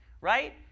right